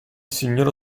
signor